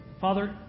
Father